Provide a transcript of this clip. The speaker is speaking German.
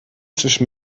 zwischen